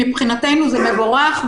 מבחינתנו זה מבורך,